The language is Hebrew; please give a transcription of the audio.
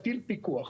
פיקוח.